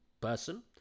person